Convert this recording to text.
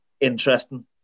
interesting